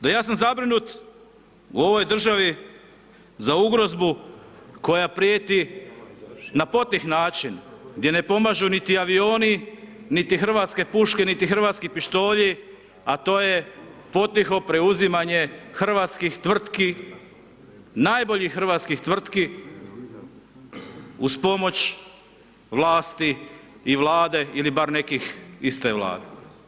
Da ja sam zabrinut u ovoj državi, za ugrozu koja prijeti na potih način, gdje ne pomažu niti avioni, niti hrvatske puške, niti hrvatski pištolji, a to je potiho preuzimanje hrvatskih tvrtki, najboljih hrvatskih tvrtki, uz pomoć vlasti i vlade, ili bar nekih iz te vlade.